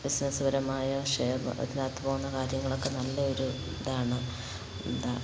ബിസിനസ്സുപരമായ share അതിനകത്തുപോകുന്ന കാര്യങ്ങളൊക്കെ നല്ല ഒരു ഇതാണ്